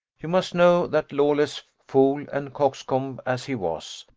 you must know that lawless, fool and coxcomb as he was,